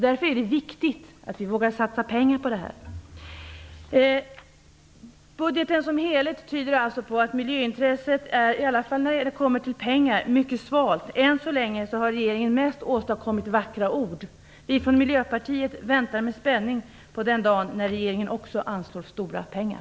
Därför är det viktigt att vi vågar satsa pengar på detta. Budgeten som helhet tyder alltså på att miljöintresset, i alla fall när det handlar om pengar, är mycket svalt. Än så länge har regeringen mest åstadkommit vackra ord. Vi i Miljöpartiet väntar med spänning på den dag då också regeringen anslår stora pengar.